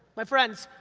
my friends,